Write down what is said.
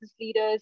leaders